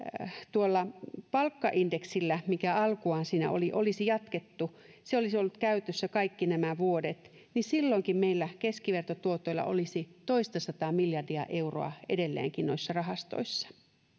sillä palkkaindeksillä mikä alkuaan siinä oli olisi jatkettu se olisi ollut käytössä kaikki nämä vuodet niin silloinkin meillä keskivertotuotoilla olisi toistasataa miljardia euroa edelleenkin noissa rahastoissa